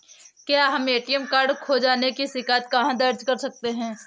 हम A T M card खो जाने की शिकायत कहाँ दर्ज कर सकते हैं?